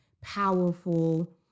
powerful